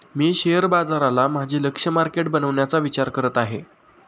मी share बाजाराला माझे लक्ष्य मार्केट बनवण्याचा विचार करत आहे